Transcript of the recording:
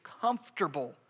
comfortable